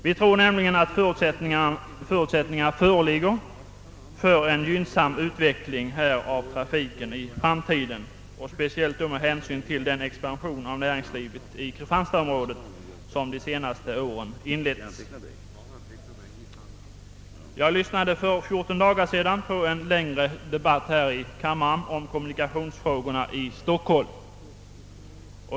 Vi tror nämligen att förutsättningar föreligger för en gynnsam framtida utveckling av trafiken på denna flygplats, särskilt med hänsyn till den expansion inom näringslivet i kristianstadsområdet som de senaste åren inletts. Jag lyssnade för fjorton dagar sedan på en längre debatt här i kammaren om kommunikationsfrågorna i Stockholm.